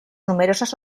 numerosas